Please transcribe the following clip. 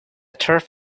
turf